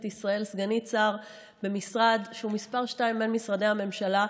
ישראל: סגנית שר במשרד שהוא מס' 2 בין משרדי הממשלה,